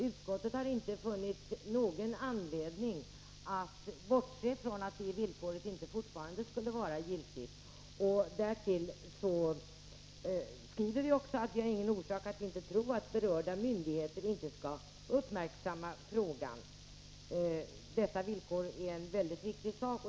Utskottet har inte funnit någon anledning att inte betrakta detta villkor som fortfarande giltigt, och därtill skriver vi att vi inte har någon orsak att tro att berörda myndigheter inte skall uppmärksamma frågan. Detta villkor är en mycket viktig sak.